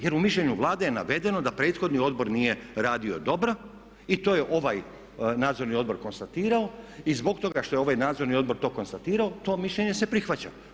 Jer u mišljenju Vlade je navedeno da prethodni odbor nije radio dobro i to je ovaj nadzorni odbor konstatirao i zbog toga što je ovaj nadzorni odbor to konstatirao to mišljenje se prihvaća.